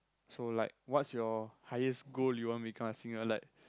so like what's your highest goal you want become a singer like